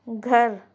گھر